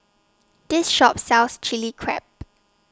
This Shop sells Chili Crab